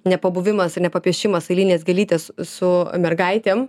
nepabuvimas ir nepapiešimas eilinės gėlytės s su mergaitėm